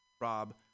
Rob